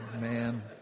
Man